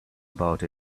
about